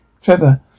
Trevor